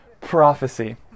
prophecy